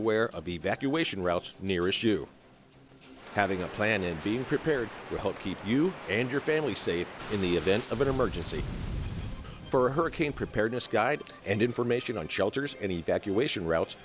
aware of evacuation routes near issue having a plan and being prepared to help keep you and your family safe in the event of an emergency for hurricane preparedness guide and information on shelters and evacuation routes